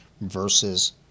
versus